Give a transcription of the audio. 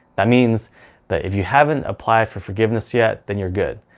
that means that if you haven't applied for forgiveness yet then you're good.